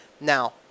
Now